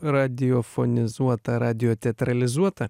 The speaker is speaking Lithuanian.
radiofonizuota radioteatralizuota